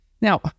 Now